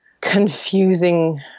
confusing